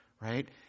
Right